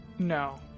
no